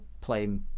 playing